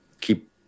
keep